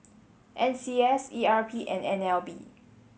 N C S E R P and N L B